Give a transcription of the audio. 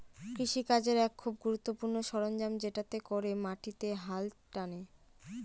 কৃষি কাজের এক খুব গুরুত্বপূর্ণ সরঞ্জাম যেটাতে করে মাটিতে হাল টানে